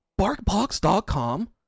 BarkBox.com